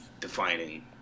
defining